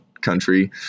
country